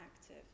active